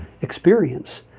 experience